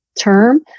term